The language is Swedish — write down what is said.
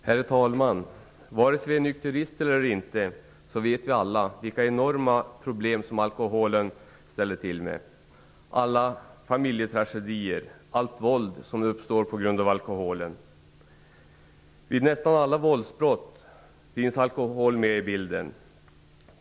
Herr talman! Vare sig vi är nykterister eller inte vet vi alla vilka enorma problem som alkoholen ställer till med: alla familjetragedier, allt våld som uppstår på grund av alkoholen. Vid nästan alla våldsbrott finns alkohol med i bilden.